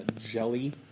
jelly